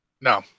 No